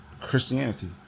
Christianity